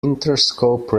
interscope